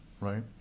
right